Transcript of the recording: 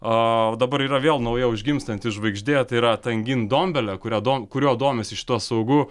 o dabar yra vėl nauja užgimstanti žvaigždė tai yra tangi ndombele kuria kuriuo domisi šituo saugu